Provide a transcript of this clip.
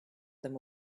them